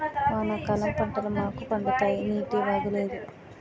వానాకాలం పంటలు మాకు పండుతాయి నీటివాగు లేదు